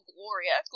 Gloria